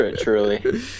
truly